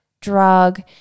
drug